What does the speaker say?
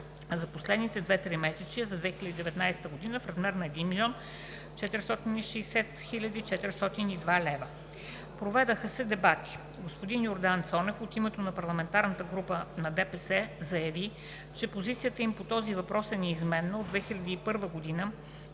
за последните две тримесечия на 2019 г. в размер на 1 млн. 460 хил. 402 лв. Проведоха се дебати. Господин Йордан Цонев от името на парламентарната група на ДПС заяви, че позицията им по този въпрос е неизменна от 2001 г.,